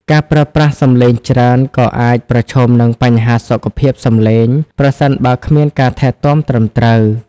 ការប្រើប្រាស់សំឡេងច្រើនក៏អាចប្រឈមនឹង បញ្ហាសុខភាពសំឡេង ប្រសិនបើគ្មានការថែទាំត្រឹមត្រូវ។